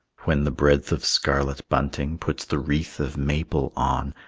when the breadth of scarlet bunting puts the wreath of maple on,